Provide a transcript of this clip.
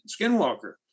Skinwalker